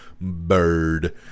Bird